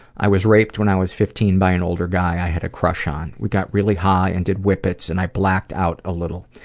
i was raped when i was fifteen by an older guy i had a crush on. we got really high and did whippets and i blacked out a little.